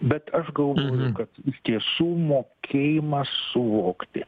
bet aš galvoju kad iš tiesų mokėjimas suvokti